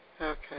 Okay